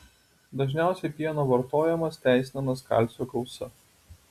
dažniausiai pieno vartojamas teisinamas kalcio gausa